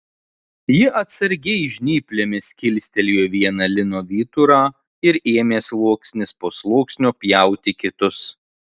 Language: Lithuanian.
ji atsargiai žnyplėmis kilstelėjo vieną lino vyturą ir ėmė sluoksnis po sluoksnio pjauti kitus